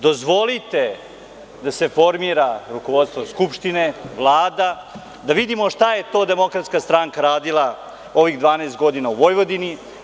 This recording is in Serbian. Dozvolite da se formira rukovodstvo Skupštine, Vlada, da vidimo šta je to DS radila ovih 12 godina u Vojvodini.